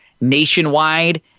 nationwide